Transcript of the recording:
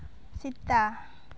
Sita